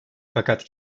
fakat